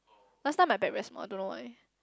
last time my bag very small I don't know why